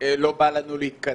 לא בא להתכנס.